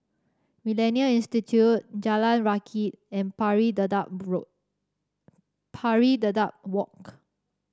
MillenniA Institute Jalan Rakit and Pari Dedap Pari Dedap Walk